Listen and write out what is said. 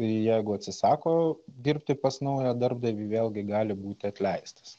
jeigu atsisako dirbti pas naują darbdavį vėlgi gali būti atleistas